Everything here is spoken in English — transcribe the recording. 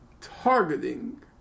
targeting